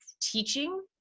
teaching